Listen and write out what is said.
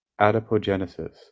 adipogenesis